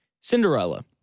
Cinderella